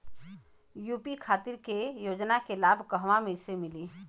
UP खातिर के योजना के लाभ कहवा से मिली?